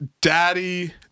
Daddy